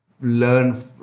learn